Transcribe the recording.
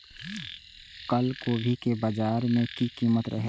कल गोभी के बाजार में की कीमत रहे?